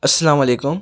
السّلام علیکم